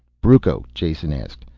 brucco, jason asked,